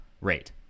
rate